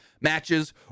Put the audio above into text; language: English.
matches